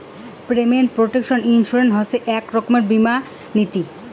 payment protection insurance হসে এক রকমের বীমা নীতি